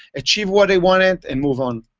achieve what they wanted, and move on.